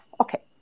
Okay